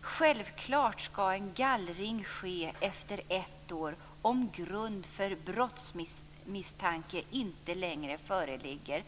Självfallet skall en gallring ske efter ett år om grund för brottsmisstanke inte längre föreligger.